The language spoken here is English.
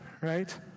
right